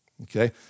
Okay